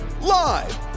live